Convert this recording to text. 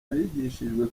bigishijwe